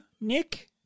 Nick